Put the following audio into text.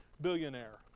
billionaire